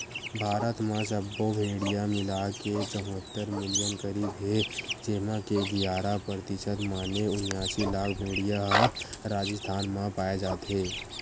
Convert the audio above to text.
भारत म सब्बो भेड़िया मिलाके चउहत्तर मिलियन करीब हे जेमा के गियारा परतिसत माने उनियासी लाख भेड़िया ह राजिस्थान म पाए जाथे